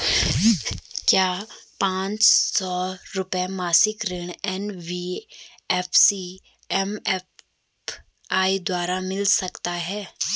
क्या पांच सौ रुपए मासिक ऋण एन.बी.एफ.सी एम.एफ.आई द्वारा मिल सकता है?